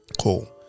Cool